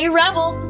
rebel